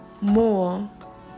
more